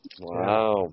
Wow